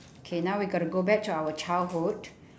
K now we gotta go back to our childhood